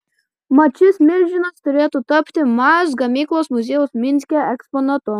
mat šis milžinas turėtų tapti maz gamyklos muziejaus minske eksponatu